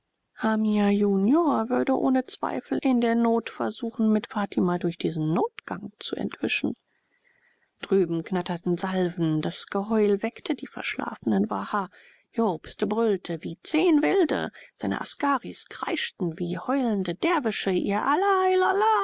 hamia junior würde ohne zweifel in der not versuchen mit fatima durch diesen notgang zu entwischen drüben knattern salven das geheul weckt die verschlafenen waha jobst brüllt wie zehn wilde seine askaris kreischen wie heulende derwische ihr allah